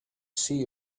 see